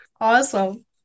Awesome